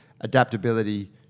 adaptability